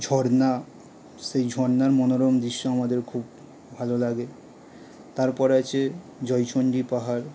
ঝরনা সেই ঝরনার মনোরম দৃশ্য আমাদের খুব ভালো লাগে তারপর আছে জয়চণ্ডী পাহাড়